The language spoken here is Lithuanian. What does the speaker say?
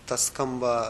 tas skamba